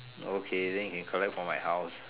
okay then you can collect from my house